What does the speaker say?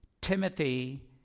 Timothy